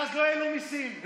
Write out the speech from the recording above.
ואז לא העלו מיסים.